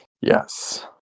Yes